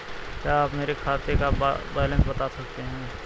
क्या आप मेरे खाते का बैलेंस बता सकते हैं?